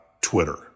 Twitter